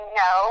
no